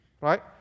Right